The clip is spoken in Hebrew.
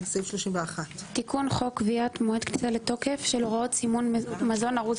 סעיף 31. תיקון חוק קביעת מועד כניסה לתוקף של הוראות סימון מזון ארוז